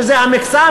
שזה המקסם,